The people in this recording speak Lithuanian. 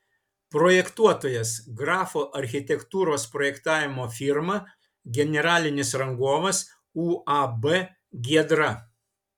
projektuotojas grafo architektūros projektavimo firma generalinis rangovas uab giedra